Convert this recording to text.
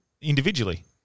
individually